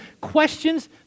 questions